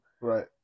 Right